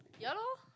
ya lor